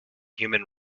human